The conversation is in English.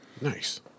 Nice